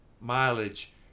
mileage